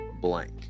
blank